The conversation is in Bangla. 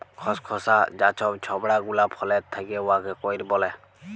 খসখসা যা ছব ছবড়া গুলা ফলের থ্যাকে উয়াকে কইর ব্যলে